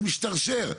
זה משתרשר,